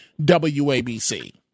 WABC